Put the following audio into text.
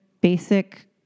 basic